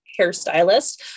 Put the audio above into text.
hairstylist